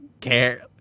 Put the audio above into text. care